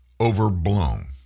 overblown